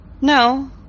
No